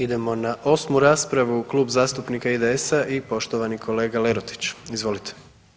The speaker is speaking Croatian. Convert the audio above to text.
Idemo na 8. raspravu Klub zastupnika IDS-a i poštovani kolega Lerotić, izvolite.